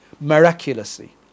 miraculously